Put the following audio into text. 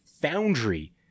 Foundry